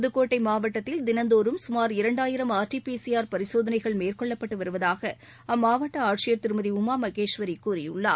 புதுக்கோட்டை மாவட்டத்தில் தினந்தோறும் சுமார் இரண்டாயிரம் ஆர்டிபிசிஆர் பரிசோதனைகள் மேற்கொள்ளப்பட்டு வருவதாக அம்மாவட்ட ஆட்சியர் திருமதி உமா மகேஸ்வரி கூறியுள்ளார்